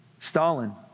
Stalin